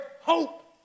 hope